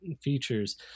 features